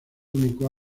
único